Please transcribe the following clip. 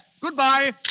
Goodbye